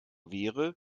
wäre